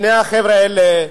שני החבר'ה האלה,